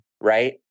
right